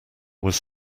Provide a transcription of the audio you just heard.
was